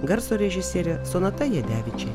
garso režisierė sonata jadevičienė